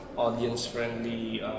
audience-friendly